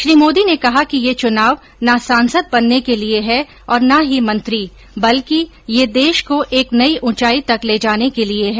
श्री मोदी ने कहा कि ये चुनाव न सांसद बनने के लिए है और न ही मंत्री बल्कि ये देश को एक नई ऊंचाई तक ले जाने के लिए है